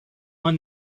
won